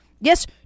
Yes